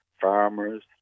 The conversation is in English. farmers